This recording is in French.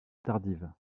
tardive